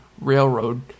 railroad